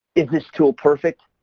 is this tool perfect?